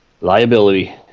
Liability